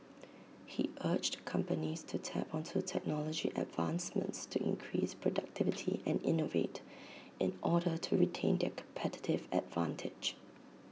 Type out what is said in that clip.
he urged companies to tap onto technology advancements to increase productivity and innovate in order to retain their competitive advantage